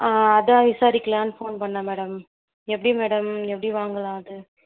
ஆ அதான் விசாரிக்கலாம்னு ஃபோன் பண்ணேன் மேடம் எப்படி மேடம் எப்படி வாங்கலாம் அதை